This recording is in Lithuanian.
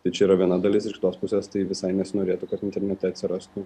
tai čia yra viena dalis iš kitos pusės tai visai nesinorėtų kad internete atsirastų